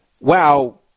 wow